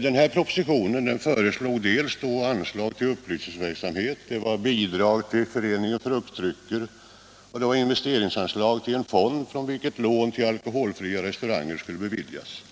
Denna proposition föreslog då anslag till upplysningsverksamhet, bidrag till Föreningen Fruktdrycker och investeringsanslag till en fond, från vilken lån till alkoholfria restauranger skulle beviljas.